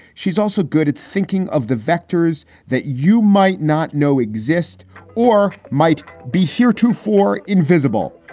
she's also good at thinking of the vectors that you might not know exist or might be heretofore invisible.